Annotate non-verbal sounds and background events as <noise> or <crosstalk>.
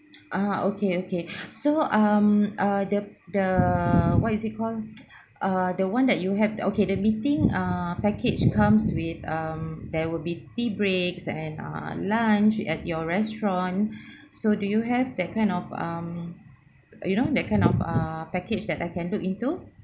ah okay okay <breath> so um uh the the what is it called <noise> uh the one that you have okay the meeting ah package comes with um there will be tea breaks and ah lunch at your restaurant <breath> so do you have that kind of um you know that kind of ah package that I can look into